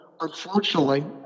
Unfortunately